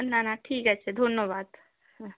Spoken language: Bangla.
না না ঠিক আছে ধন্যবাদ হ্যাঁ